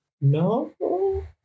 No